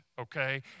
Okay